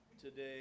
today